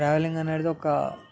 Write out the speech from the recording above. travelling అనేటిది ఒక